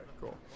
Cool